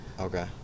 okay